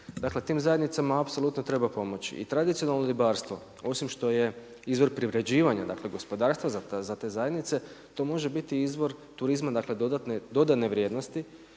Dakle, tim zajednicama apsolutno treba pomoći i tradicionalno ribarstvo, osim što je izvor privređivanja gospodarstva za te zajednice, to može biti izvor turizma, dakle dodatne,